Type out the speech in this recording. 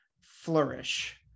flourish